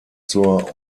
zur